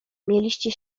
mieliście